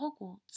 Hogwarts